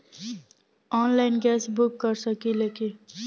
Online gas book कर सकिले की?